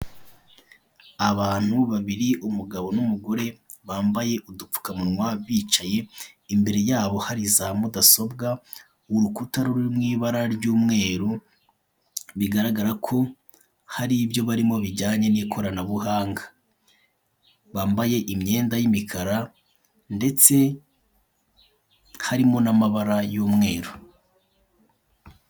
Abantu babiri bicaye umugabo n'umugore bambaye udupfukamunwa bicaye imbere yabo hari za mudasobwa, urukuta ruri mu ibara ry'umweru bigaragara ko hari ibyo barimo bijyanye n'ikoranabuhanga, bambaye imyenda y'imikara ndetse harimo n'amabara y'umweru.